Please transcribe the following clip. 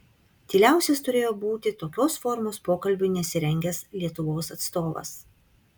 tyliausias turėjo būti tokios formos pokalbiui nesirengęs lietuvos atstovas